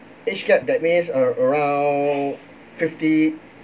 age gap that means a~ around fifty